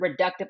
reductive